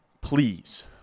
please